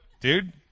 Dude